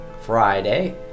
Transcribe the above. Friday